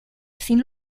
sin